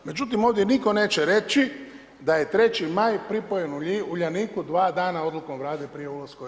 Međutim ovdje nitko neće reći da je 3. maj pripojen Uljaniku 2 dana odlukom Vlade prije ulaska u EU.